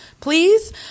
please